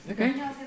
Okay